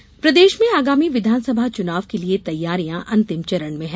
चुनाव तैयारी प्रदेश में आगामी विघानसभा चुनाव के लिये तैयारियां अंतिम चरण में हैं